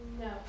No